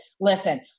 listen